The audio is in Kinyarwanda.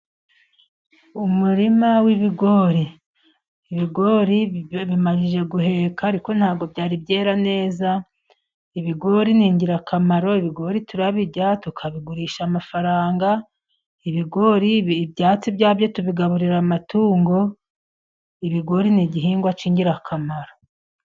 Umurima w'ibigori, ibigori bimaze guheka ariko ntabwo byari byera neza; ibigori ni ingirakamaro ibigori turabirya, tukabigurisha amafaranga, ibigori ibyatsi byabyo tubigaburira amatungo, ibigori ni igihingwa cy'ingirakamaro.